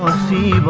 ah c but